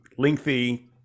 lengthy